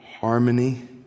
harmony